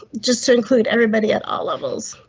just to include everybody at all levels.